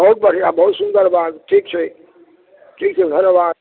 बहुत बढ़िआँ बहुत सुन्दर बात ठीक छै ठीक धन्यवाद